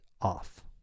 off